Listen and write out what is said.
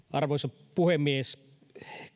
arvoisa puhemies